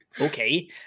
Okay